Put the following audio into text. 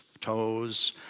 toes